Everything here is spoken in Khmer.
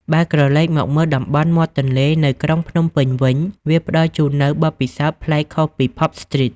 បើក្រឡេកមកមើលតំបន់មាត់ទន្លេនៅក្រុងភ្នំពេញវិញ វាផ្តល់ជូននូវបទពិសោធន៍ប្លែកខុសពី Pub Street។